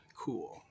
cool